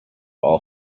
all